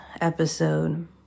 episode